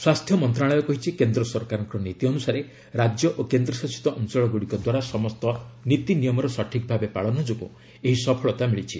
ସ୍ପାସ୍ଥ୍ୟ ମନ୍ତ୍ରଣାଳୟ କହିଛି କେନ୍ଦ୍ର ସରକାରଙ୍କ ନୀତି ଅନୁସାରେ ରାଜ୍ୟ ଓ କେନ୍ଦ୍ରଶାସିତ ଅଞ୍ଚଳଗୁଡ଼ିକ ଦ୍ୱାରା ସମସ୍ତ ନୀତି ନିୟମର ସଠିକ ଭାବେ ପାଳନ ଯୋଗୁଁ ଏହି ସଫଳତା ମିଳିଛି